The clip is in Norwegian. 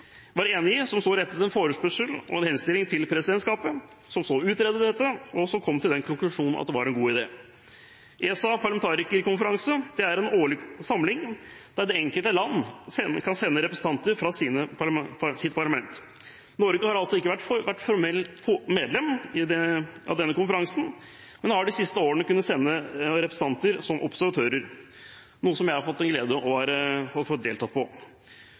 var enig og rettet så en forespørsel og henstilling til presidentskapet, som utredet dette, og som kom til den konklusjon at det var en god idé. ESAs parlamentarikerkonferanse er en årlig samling der det enkelte land kan sende representanter fra sitt parlament. Norge har altså ikke vært formelt medlem av denne konferansen, men har de siste årene kunnet sende representanter som observatører, noe jeg har hatt gleden av å få delta som. Det å